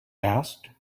asked